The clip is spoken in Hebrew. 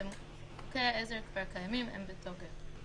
חוקי העזר כבר קיימים והם בתוקף.